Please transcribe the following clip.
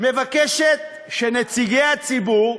היא מבקשת שנציגי הציבור,